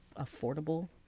affordable